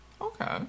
okay